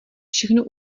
všechno